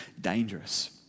dangerous